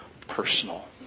personal